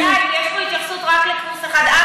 בוודאי, כי יש פה התייחסות רק לקורס אחד.